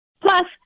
Plus